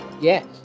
Yes